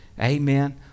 Amen